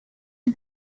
and